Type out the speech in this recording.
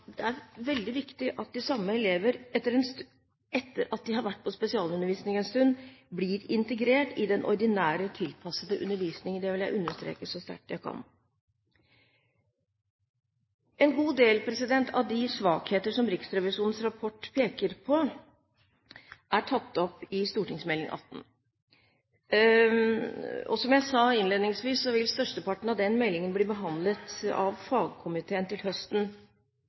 det er veldig viktig at de samme elever etter at de har vært i spesialundervisning en stund, blir integrert i den ordinære, tilpassede undervisningen. Det vil jeg understreke så sterkt jeg kan. En god del av de svakheter som Riksrevisjonens rapport peker på, er tatt opp i Meld. St. 18. Og som jeg sa innledningsvis, vil størsteparten av den meldingen bli behandlet av fagkomiteen til høsten.